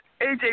AJ